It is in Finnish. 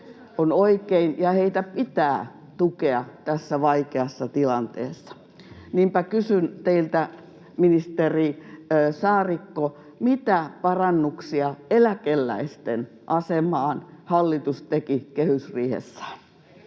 On oikein tukea, ja heitä pitää tukea tässä vaikeassa tilanteessa. Niinpä kysyn teiltä, ministeri Saarikko: mitä parannuksia eläkeläisten asemaan hallitus teki kehysriihessä?